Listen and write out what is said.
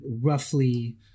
roughly